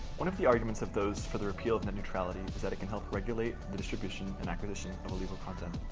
one of the arguments of those for the repeal of net neutrality is that it can help regulate the distribution and acquisition of illegal content.